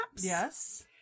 Yes